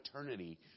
eternity